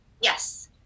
Yes